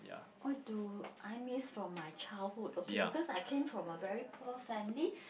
what do I miss from my childhood okay because I came from a very poor family